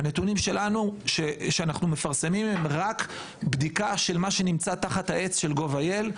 הנתונים שאנחנו מפרסמים הם רק בדיקה של מה שנמצא תחת העץ של gov.il.